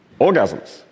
orgasms